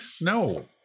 No